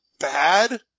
Bad